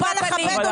הוא בא לכבד אותך.